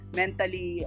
mentally